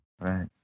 Right